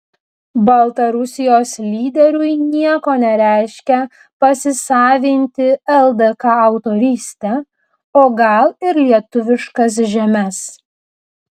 baltarusijos lyderiui nieko nereiškia pasisavinti ldk autorystę o gal ir lietuviškas žemes